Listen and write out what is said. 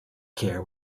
care